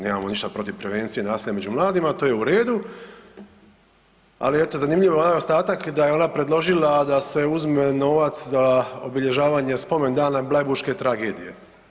Nemamo ništa protiv prevencije nasilja među mladima, to je u redu, ali eto zanimljivo ovaj ostatak da je ona predložila da se uzme novac za obilježavanje spomen dana bleiburške tragedije.